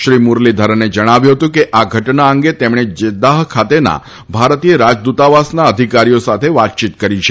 શ્રી મુરલીધરને જણાવ્યું હતું કે આ ઘટના અંગે તેમણે જેદ્દાહ ખાતેના ભારતીય રાજદ્રતાવાસના અધિકારીઓ સાથે વાતચીત કરી છે